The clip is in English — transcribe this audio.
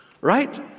right